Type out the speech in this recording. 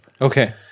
Okay